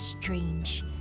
strange